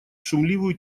шумливую